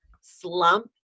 slump